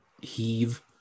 heave